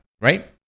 right